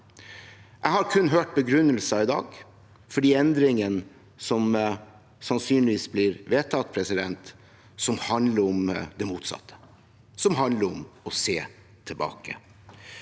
jeg kun hørt begrunnelser for de endringene som sannsynligvis blir vedtatt, som handler om det motsatte – som handler om å se tilbake.